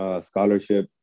scholarship